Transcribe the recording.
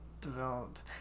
developed